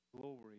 glory